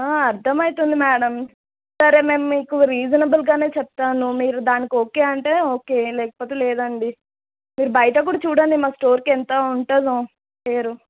అర్థమైతుంది madam సరే మరి మీకు రీజనబుల్గానే చెప్తాను మీరు దానికి ఓకే అంటే ఓకే లేకపోతే లేదండి మీరు బయట కూడా చూడండి మా స్టోర్కి ఎంత ఉంటుందో పేరు